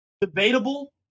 debatable